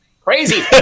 Crazy